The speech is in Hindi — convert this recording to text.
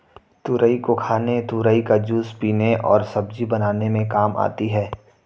तुरई को खाने तुरई का जूस पीने और सब्जी बनाने में काम आती है